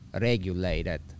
regulated